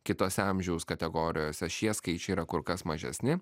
kitose amžiaus kategorijose šie skaičiai yra kur kas mažesni